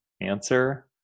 answer